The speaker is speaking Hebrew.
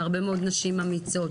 והרבה מאוד נשים אמיצות